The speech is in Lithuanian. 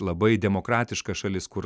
labai demokratiška šalis kur